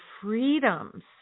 freedoms